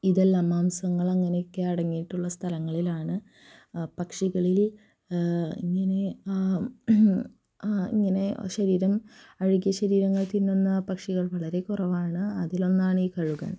ഇതെല്ലാം മാംസങ്ങൾ അങ്ങനെയെല്ലാം അടങ്ങിയിട്ടുള്ള സ്ഥലങ്ങളിലാണ് പക്ഷികളിൽ ഇങ്ങനെ ശരീരം അഴുകിയ ശരീരങ്ങൾ തിന്നുന്ന പക്ഷികൾ വളരെ കുറവാണ് അതിലൊന്നാണ് ഈ കഴുകൻ